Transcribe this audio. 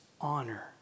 honor